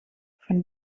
von